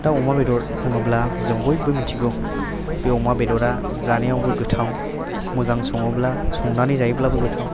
दा अमा बेदर बुङोब्ला जों बयबो मिथिगौ बे अमा बेदरा जानायावबो गोथाव मोजां सङोब्ला संनानै जायोब्लाबो गोथाव